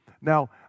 Now